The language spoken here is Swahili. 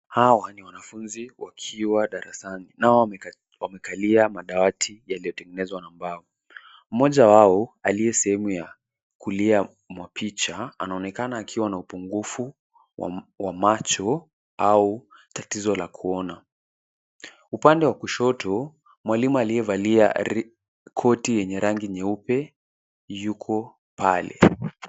Hawa ni wanafunzi wakiwa darasani nao wamekalia madawati yaliyotengenezwa na mbao, mmoja wao aliye sehemu ya kulia mwa picha anaonekana akiwa na upungufu wa macho au tatizo la kuona , upande wa kushoto, mwalimu aliyevalia koti yenye rangi nyeupe yuko pale.